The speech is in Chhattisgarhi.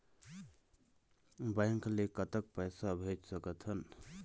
बैंक ले कतक पैसा भेज सकथन?